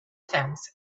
fence